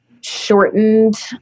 shortened